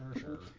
sure